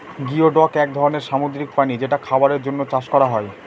geoduck এক ধরনের সামুদ্রিক প্রাণী যেটা খাবারের জন্য চাষ করা হয়